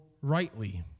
rightly